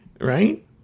right